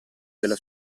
della